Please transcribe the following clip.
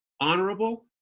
honorable